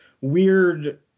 weird